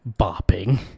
bopping